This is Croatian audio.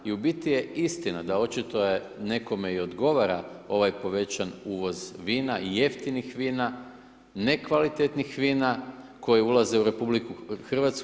I u biti je istina da očito nekome i odgovara ovaj povećan uvoz vina i jeftinih vina, nekvalitetnih vina koji ulaze u RH.